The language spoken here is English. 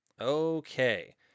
Okay